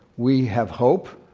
we have hope,